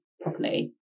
properly